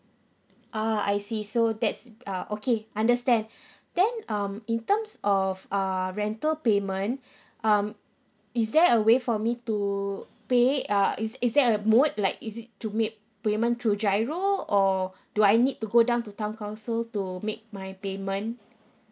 uh I see so that's uh okay understand then um in terms of err rental payment um is there a way for me to pay uh is is there a mode like is it to make payment through GIRO or do I need to go down to town council to make my payment